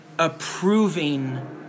approving